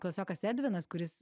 klasiokas edvinas kuris